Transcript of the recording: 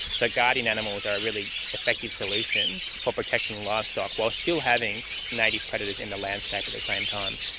so guardian animals are a really effective solution for protecting livestock, while still having native predators in the landscape at the same time.